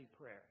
prayer